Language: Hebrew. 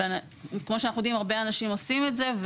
וכמו שאנחנו יודעים, הרבה אנשים עושים את זה.